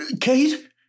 Kate